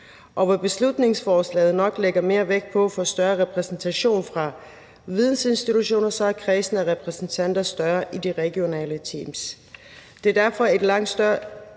hvor beslutningsforslaget nok lægger mere vægt på at få større repræsentation fra vidensinstitutioner, er kredsen af repræsentanter større i de regionale teams.